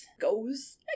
goes